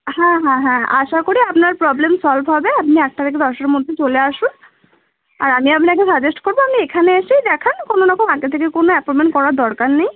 হ্যাঁ হ্যাঁ হ্যাঁ আশা করি আপনার প্রবলেম সলভ হবে আপনি আটটা থেকে দশটার মধ্যে চলে আসুন আর আমি আপনাকে সাজেস্ট করব আপনি এখানে এসেই দেখান কোনো রকম আগে থেকে কোনো অ্যাপয়েন্টমেন্ট করার দরকার নেই